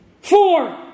Four